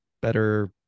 better